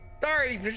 Sorry